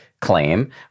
claim